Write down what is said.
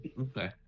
Okay